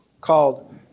called